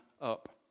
up